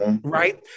Right